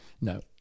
No